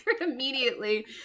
immediately